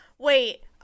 Wait